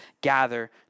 gather